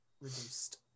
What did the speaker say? Reduced